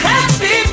Happy